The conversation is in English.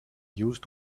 used